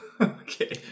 Okay